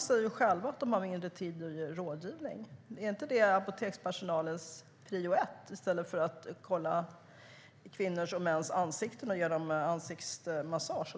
säger att de har mindre tid för rådgivning. Är det inte rådgivning som är apotekspersonalens prio ett, inte att kolla kvinnors och mäns ansikten och ge dem ansiktsmassage?